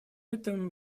этом